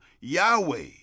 Yahweh